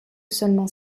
seulement